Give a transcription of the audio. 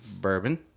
bourbon